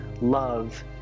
love